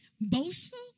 boastful